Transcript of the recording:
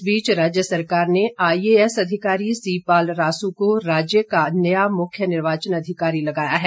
इस बीच राज्य सरकार ने आई ए एस अधिकारी सी पाल रासू को राज्य का नया मुख्य निर्वाचन अधिकारी लगाया है